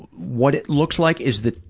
what it looks like? is the,